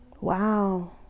Wow